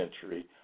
century